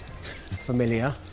familiar